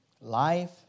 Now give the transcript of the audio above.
Life